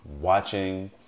Watching